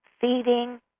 feeding